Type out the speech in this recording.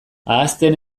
ahazten